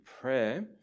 prayer